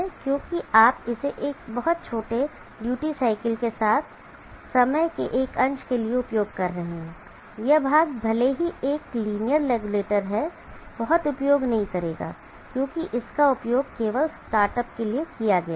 क्योंकि आप इसे बहुत छोटे ड्यूटी साइकिल के साथ समय के एक अंश के लिए उपयोग कर रहे हैं यह भाग भले ही एक लीनियर रेगुलेटर है बहुत उपभोग नहीं करेगा क्योंकि इसका उपयोग केवल स्टार्ट अप के लिए किया गया है